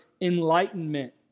enlightenment